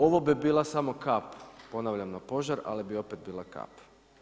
Ovo bi bila samo kap ponavljam na požar, ali bi opet bila kap.